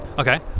Okay